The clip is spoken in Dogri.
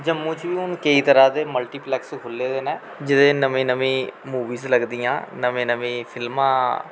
जम्मू च बी हून केईं तरह् दे मल्टीप्लैक्स खुल्ले दे न जेह्दे च नमीं नमीं मूवीज लगदियां नमीं नमीं फिल्मां